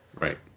right